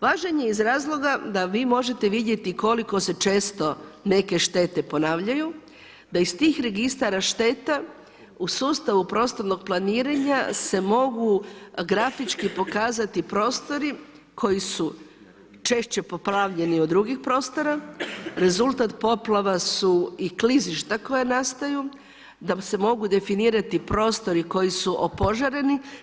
Važan je iz razloga da vi možete vidjeti koliko se često neke štete ponavljaju, da ih tih registra šteta u sustavu prostornog planiranja se mogu grafički pokazati prostori koji su češće poplavljeni od drugih prostora, rezultat poplava su i klizišta koja nastaju, da se mogu definirati prostori koji su opožareni.